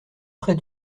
près